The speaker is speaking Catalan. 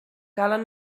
calen